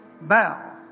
Bow